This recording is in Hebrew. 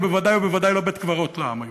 ובוודאי ובוודאי לא בית-קברות לעם היהודי.